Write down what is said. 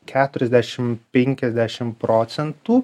keturiasdešim penkiasdešim procentų